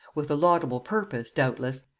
with the laudable purpose, doubtless,